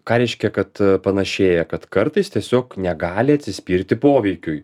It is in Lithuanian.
ką reiškia kad panašėja kad kartais tiesiog negali atsispirti poveikiui